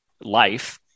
life